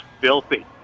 filthy